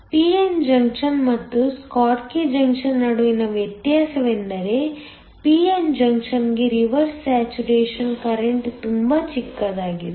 p n junction ಮತ್ತು Schottky junction ನಡುವಿನ ವ್ಯತ್ಯಾಸವೆಂದರೆ p n ಜಂಕ್ಷನ್ಗೆ ರಿವರ್ಸ್ ಸ್ಯಾಚುರೇಶನ್ ಕರೆಂಟ್ ತುಂಬಾ ಚಿಕ್ಕದಾಗಿದೆ